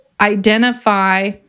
identify